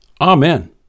Amen